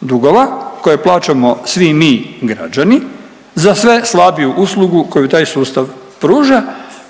Dugova koje plaćamo svi mi građani za sve slabiju uslugu koju taj sustav pruža